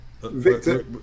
Victor